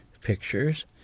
pictures